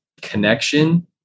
connection